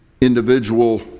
individual